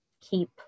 keep